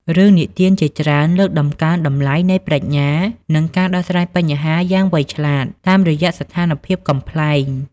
រឿងនិទានជាច្រើនលើកតម្កើងតម្លៃនៃប្រាជ្ញា និងការដោះស្រាយបញ្ហាយ៉ាងវៃឆ្លាត តាមរយៈស្ថានភាពកំប្លែង។